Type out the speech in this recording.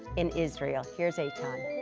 in israel. here's eitan.